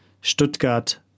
Stuttgart